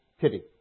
pity